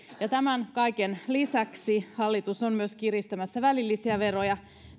tämän kaiken lisäksi hallitus on kiristämässä välillisiä veroja työssä